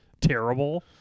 terrible